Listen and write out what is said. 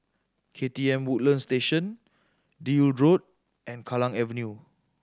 K T M Woodlands Station Deal Road and Kallang Avenue